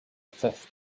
fifth